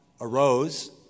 arose